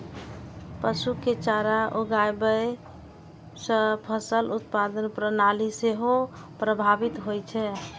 पशु के चारा उगाबै सं फसल उत्पादन प्रणाली सेहो प्रभावित होइ छै